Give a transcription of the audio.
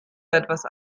etwas